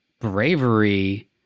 bravery